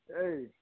hey